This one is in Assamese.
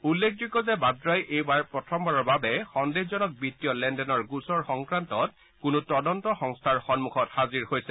উল্লেখযোগ্য যে বাদ্ৰাই এইবাৰ প্ৰথমবাৰৰ বাবে সন্দেহজনক বিত্তীয় লেনদেনৰ গোচৰ সংক্ৰান্তত কোনো তদন্ত সংস্থাৰ সন্মুখত হাজিৰ হৈছে